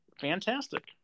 Fantastic